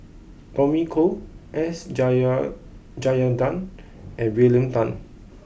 Tommy Koh S Rajendran and William Tan